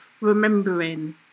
remembering